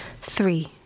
Three